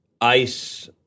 ICE